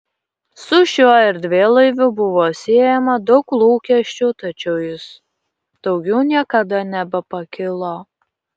su šiuo erdvėlaiviu buvo siejama daug lūkesčių tačiau jis daugiau niekada nebepakilo